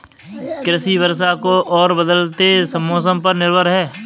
कृषि वर्षा और बदलते मौसम पर निर्भर है